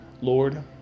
Lord